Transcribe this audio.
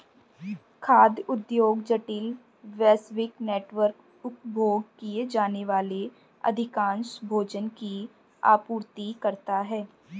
खाद्य उद्योग जटिल, वैश्विक नेटवर्क, उपभोग किए जाने वाले अधिकांश भोजन की आपूर्ति करता है